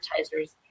advertisers